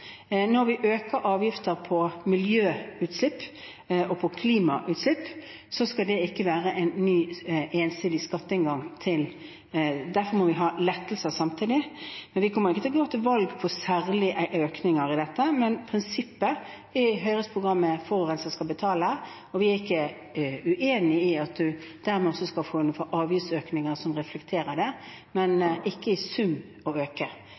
Når vi øker avgiftene på miljøutslipp og på klimautslipp, skal ikke det være en ny, ensidig skatteinngang. Derfor må vi ha lettelser samtidig. Men vi kommer ikke til å gå til valg på særlige økninger av dette, men prinsippet i Høyres program er at forurenser skal betale. Vi er ikke uenig i at man dermed også skal ha avgiftsøkninger som reflekterer det. Men vi vil ikke i sum øke